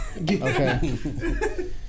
okay